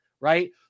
right